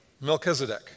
Melchizedek